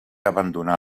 abandonar